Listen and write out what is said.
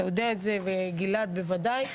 אתה יודע את זה, וגלעד בוודאי.